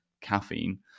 caffeine